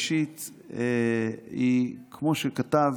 היא כמו שכתב